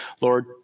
Lord